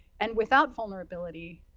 and without vulnerability,